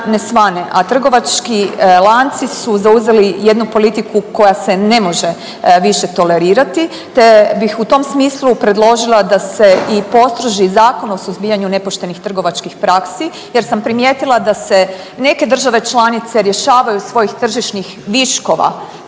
A trgovački lanci su zauzeli jednu politiku koja se ne može više tolerirati te bih u tom smislu predložila da se i postroži Zakon o suzbijanju nepoštenih trgovačkih praksi jer sam primijetila da se neke države članice rješavaju svojoj tržišnih viškova